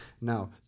Now